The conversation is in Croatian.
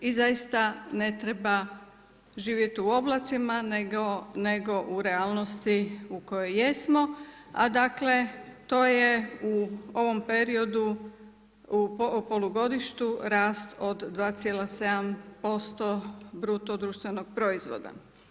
I zaista ne treba živjeti u oblacima, nego u realnosti u kojoj jesmo, a dakle to je u ovom periodu, u polugodištu rast od 2,7% bruto društvenog proizvoda.